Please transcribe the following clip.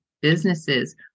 businesses